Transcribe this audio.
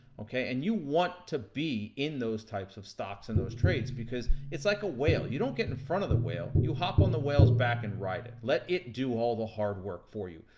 and you want to be, in those types of stocks and those trades because it's like a whale. you don't get in front of the whale, you hop on the whale's back and ride it. let it do all the hard work for you.